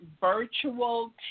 virtual